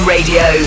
Radio